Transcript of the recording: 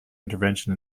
intervention